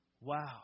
Wow